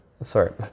sorry